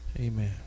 Amen